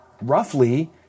roughly